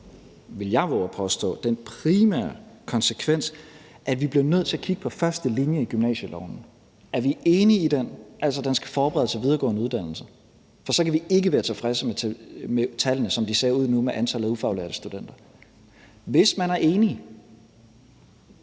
vil jeg vove at påstå, at vi bliver nødt til at kigge på første linje i gymnasieloven. Er vi enige i den, altså at den skal forberede til videregående uddannelse? For så kan vi ikke være tilfredse med tallene, som de ser ud nu med antallet af ufaglærte studenter. Hvis man er enig,